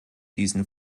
diesen